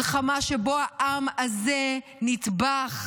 מלחמה שבה העם הזה נטבח.